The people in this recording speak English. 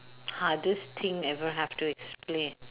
hardest thing ever have to explain